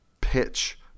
pitch